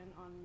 on